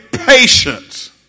patience